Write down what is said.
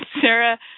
Sarah